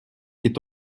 est